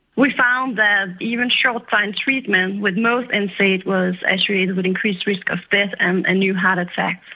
we found that even short time treatment with most and nsaids was associated with increased risk of death and a new heart attack.